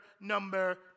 number